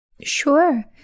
Sure